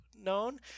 Known